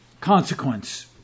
consequence